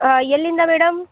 ಹಾಂ ಎಲ್ಲಿಂದ ಮೇಡಮ್